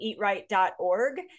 eatright.org